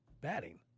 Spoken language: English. batting